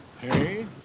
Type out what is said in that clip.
Hey